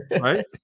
Right